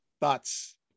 thoughts